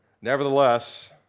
Nevertheless